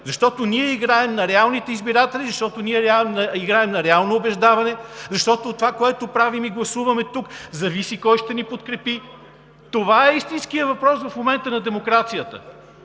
защото играем на реалните избиратели, защото играем на реално убеждаване, защото от това, което правим и гласуваме тук, зависи кой ще ни подкрепи. Това е истинският въпрос на демокрацията